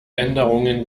änderungen